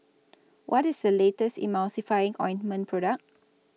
What IS The latest Emulsying Ointment Product